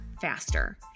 faster